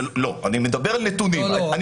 אני מדבר על נתונים.